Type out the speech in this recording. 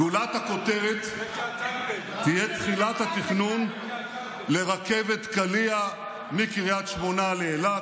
גולת הכותרת תהיה תחילת התכנון לרכבת קליע מקריית שמונה לאילת,